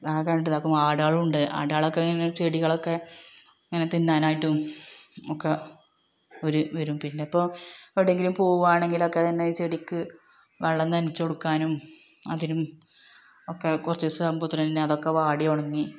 ആകെ എന്നിട്ടിതാക്കും ആടുകളുണ്ട് ആടുകളൊക്കെ ഇങ്ങനെ ചെടികളൊക്കെ ഇങ്ങനെ തിന്നാനായിട്ടും ഒക്കെ ഒരു വരും പിന്നെയിപ്പോള് എവിടെയെങ്കിലും പോവ്വാണെങ്കിലൊക്കെ തന്നെ ചെടിക്ക് വെള്ളം നനച്ചുകൊടുക്കാനും അതിനും ഒക്കെ കുറച്ച് ദിവസം ആവുമ്പോള്ത്തന്നെ അതൊക്കെ വാടി ഉണങ്ങി